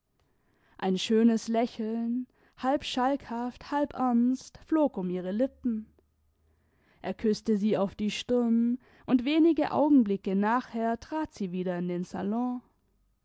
ein schönes lächeln halb schalkhaft halb ernst flog um ihre lippen er küßte sie auf die stirn und wenige augenblicke nachher trat sie wieder in den salon